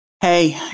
hey